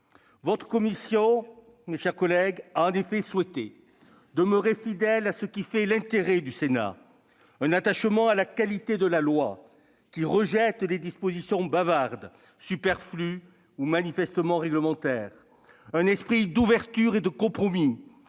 En effet, mes chers collègues, votre commission a souhaité demeurer fidèle à ce qui fait l'intérêt du Sénat : un attachement à la qualité de la loi, en rejetant les dispositions bavardes, superflues ou manifestement réglementaires ; un esprit d'ouverture et de compromis